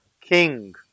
king